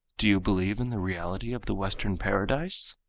do you believe in the reality of the western paradise?